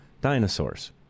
dinosaurs